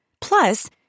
Plus